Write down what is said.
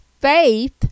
faith